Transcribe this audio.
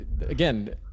again